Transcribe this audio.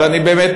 אבל אני באמת,